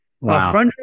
Wow